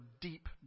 deep